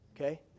okay